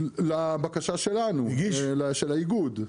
לבקשה שלנו, של האיגוד.